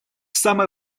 самой